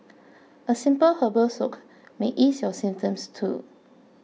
a simple herbal soak may ease your symptoms too